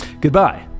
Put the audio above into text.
Goodbye